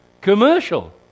commercial